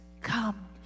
come